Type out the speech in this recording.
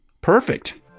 Perfect